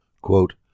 Quote